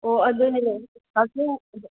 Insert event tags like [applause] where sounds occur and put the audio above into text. ꯑꯣ ꯑꯗꯨꯅꯦ [unintelligible]